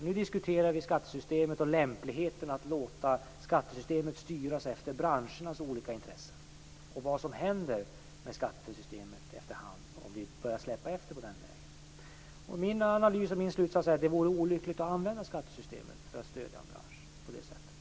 Vi diskuterar nu skattesystemet och lämpligheten i att låta detta styras av branschernas olika intressen och vad som efter hand händer med skattesystemet, om vi börjar släppa efter i det avseendet. Min analys och min slutsats är att det vore olyckligt att använda skattesystemet för att stödja en bransch på detta sätt.